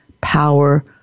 power